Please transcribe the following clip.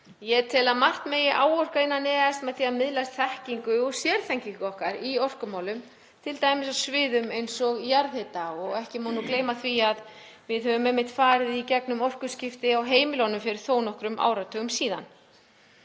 Ég tel að mörgu megi áorka innan EES með því að miðla þekkingu og sérþekkingu okkar í orkumálum, t.d. á sviðum eins og jarðhita, og ekki má gleyma því að við höfum einmitt farið í gegnum orkuskipti á heimilunum fyrir þó nokkrum áratugum síðan.